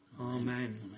Amen